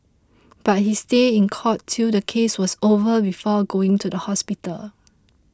but he stayed in court till the case was over before going to the hospital